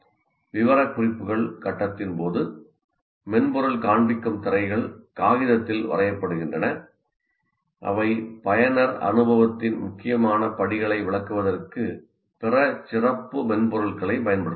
விவரக்குறிப்புகள் கட்டத்தின் போது மென்பொருள் காண்பிக்கும் திரைகள் காகிதத்தில் வரையப்படுகின்றன அவை பயனர் அனுபவத்தின் முக்கியமான படிகளை விளக்குவதற்கு பிற சிறப்பு மென்பொருட்களைப் பயன்படுத்துகின்றன